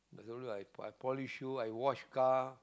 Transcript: I also I polish shoe I wash car